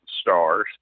stars